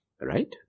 Right